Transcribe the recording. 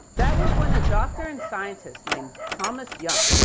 that was when a doctor and scientist named thomas young,